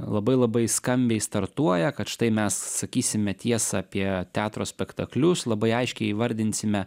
labai labai skambiai startuoja kad štai mes sakysime tiesą apie teatro spektaklius labai aiškiai įvardinsime